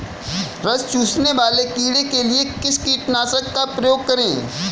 रस चूसने वाले कीड़े के लिए किस कीटनाशक का प्रयोग करें?